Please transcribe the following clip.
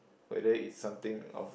whether it's something of